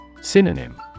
Synonym